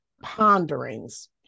ponderings